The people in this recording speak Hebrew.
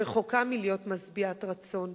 רחוקה מלהיות משביעת רצון.